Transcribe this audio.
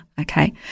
Okay